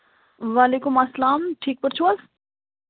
وعلیکُم اسَلام ٹھیٖک پٲٹھۍ چھِو حظ